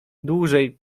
dłużej